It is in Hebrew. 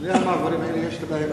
שני המעברים האלה יש להם,